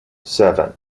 seven